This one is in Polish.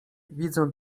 widzę